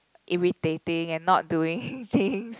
irritating and not doing things